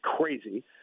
crazy